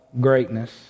greatness